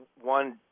one